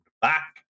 back